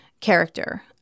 character